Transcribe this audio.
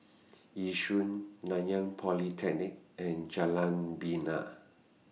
Yishun Nanyang Polytechnic and Jalan Bena